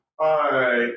Hi